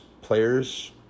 players